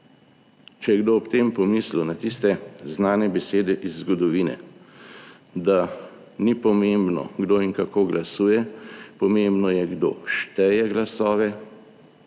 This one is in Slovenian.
Če je kdo ob tem pomislil na tiste znane besede iz zgodovine, da ni pomembno, kdo in kako glasuje, pomembno je, kdo šteje glasove.